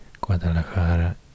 Guadalajara